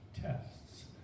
tests